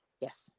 Yes